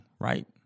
right